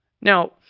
Now